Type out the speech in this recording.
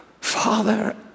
Father